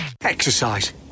Exercise